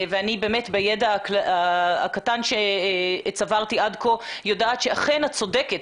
בידע הקטן שצברתי עד כה אני יודעת שאכן את צודקת